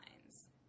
lines